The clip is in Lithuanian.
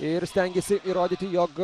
ir stengiasi įrodyti jog